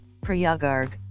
Priyagarg